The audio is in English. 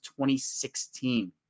2016